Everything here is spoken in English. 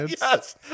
Yes